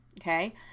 okay